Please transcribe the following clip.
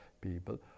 people